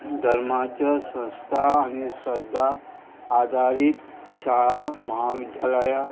धर्माच्या संस्था आनी श्रद्धा आदारीत शाळा महाविद्यालयां